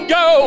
go